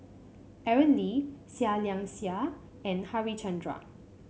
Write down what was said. Aaron Lee Seah Liang Seah and Harichandra